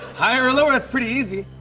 higher or lower, that's pretty easy.